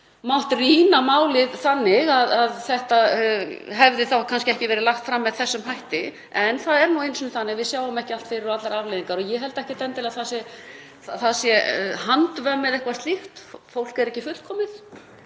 mátt rýna málið þannig að það hefði ekki verið lagt fram með þessum hætti. En það er nú einu sinni þannig að við sjáum ekki allt fyrir og allar afleiðingar og ég held ekkert endilega að það sé handvömm eða eitthvað slíkt. Fólk er ekki fullkomið.